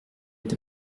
est